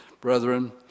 brethren